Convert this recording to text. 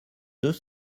deux